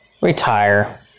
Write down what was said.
retire